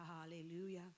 Hallelujah